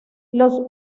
los